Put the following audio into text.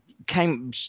came